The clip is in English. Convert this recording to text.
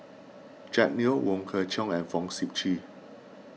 Jack Neo Wong Kwei Cheong and Fong Sip Chee